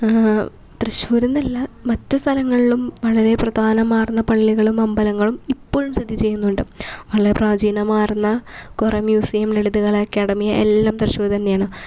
തൃശ്ശൂരെന്നല്ല മറ്റ് സ്ഥലങ്ങളിലും വളരെ പ്രധാനമാർന്ന പള്ളികളും അമ്പലങ്ങളും ഇപ്പോഴും സ്ഥിതി ചെയ്യുന്നുണ്ട് വളരെ പ്രാചീനമാർന്ന കുറെ മ്യൂസിയം ലളിതകല അക്കാഡമി എല്ലാം തൃശ്ശൂർ തന്നെയാണ്